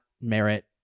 merit